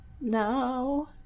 No